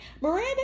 Miranda